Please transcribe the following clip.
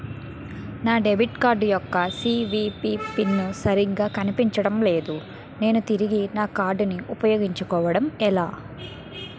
నా debit card యెక్క CVV PIN సరిగా కనిపించడం లేదు నేను తిరిగి నా కార్డ్ఉ పయోగించుకోవడం ఎలా?